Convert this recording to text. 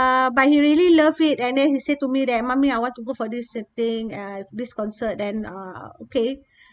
uh but he really love it and then he said to me that mummy I want to go for this uh thing uh this concert then uh okay